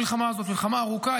המלחמה הזאת היא מלחמה ארוכה,